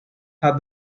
had